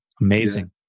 amazing